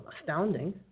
astounding